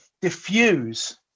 Diffuse